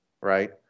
right